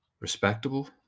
respectable